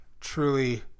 truly